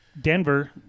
Denver